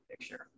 Picture